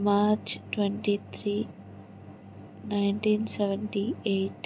March twenty three nineteen seventy eight